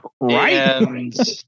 Right